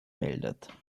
meldet